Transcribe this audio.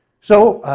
so,